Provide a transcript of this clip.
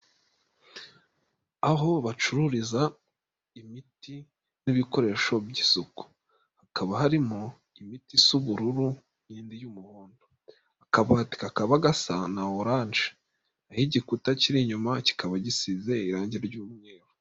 aho bacururiza imiti n'ibikoresho by'isuku, hakaba harimo imitisa ubururu, n'indi y'umuhondo, akabati kakaba gasa na orange, n'aho igikuta kiri inyuma kikaba gisize irangi ry'umweru.